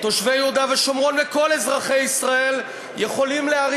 תושבי יהודה ושומרון וכל אזרחי ישראל יכולים להרים